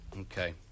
Okay